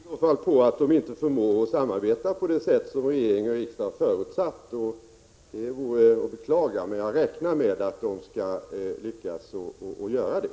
Herr talman! Det beror i så fall på att de inte förmår att samarbeta på det sätt som regering och riksdag har förutsatt, och det vore att beklaga. Jag räknar emellertid med att de skall lyckas att göra det.